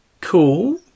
Cool